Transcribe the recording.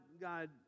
God